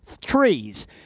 Trees